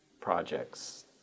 projects